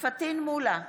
פטין מולא,